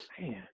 man